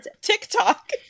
TikTok